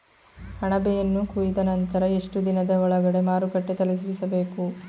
ಅಣಬೆಯನ್ನು ಕೊಯ್ದ ನಂತರ ಎಷ್ಟುದಿನದ ಒಳಗಡೆ ಮಾರುಕಟ್ಟೆ ತಲುಪಿಸಬೇಕು?